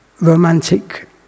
romantic